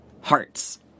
hearts